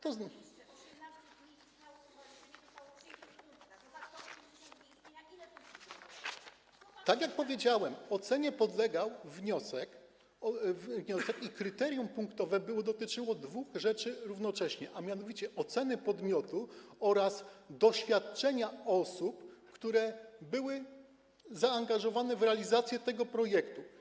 Tak jak powiedziałem, ocenie podlegał wniosek, a kryterium punktowe dotyczyło dwóch rzeczy równocześnie, a mianowicie oceny podmiotu oraz doświadczenia osób, które były zaangażowane w realizację tego projektu.